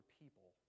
people